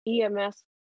EMS